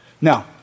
Now